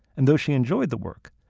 and though she enjoyed the work,